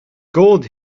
gold